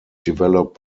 developed